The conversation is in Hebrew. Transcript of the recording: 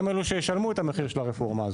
הם אלו שישלמו את המחיר של הרפורמה הזו.